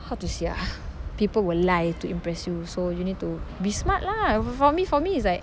how to say ah people will lie to impress you so you need to be smart lah for me for me is like